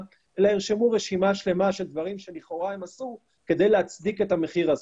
אלא ירשמו רשימה שלמה של דברים שלכאורה הם עשו כדי להצדיק את המחיר הזה.